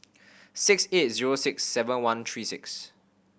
six eight zero six seven one three six